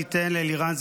תיתן לאלירן,